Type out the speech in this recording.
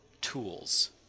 tools